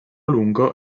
lungo